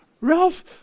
Ralph